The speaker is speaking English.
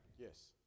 Yes